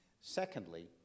Secondly